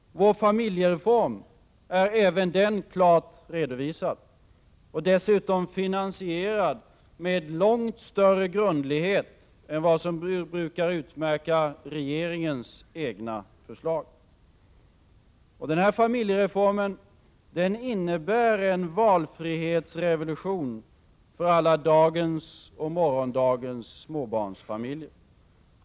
Vår familjereform är även den klart redovisad, och dessutom är den finansierad med långt större grundlighet än vad som brukar utmärka regeringens egna förslag. Den här familjereformen innebär en valfrihetsrevolution för alla dagens och morgondagens småbarnsfamiljer.